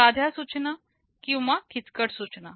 साध्या सूचना किंवा किचकट सूचना